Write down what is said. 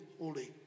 holy